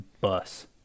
bus